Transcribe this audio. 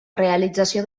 realització